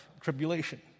tribulation